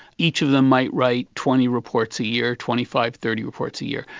each of them might write twenty reports a year, twenty five, thirty reports a year.